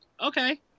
okay